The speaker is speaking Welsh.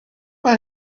mae